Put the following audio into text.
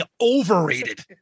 overrated